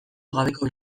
gabeko